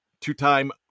Two-time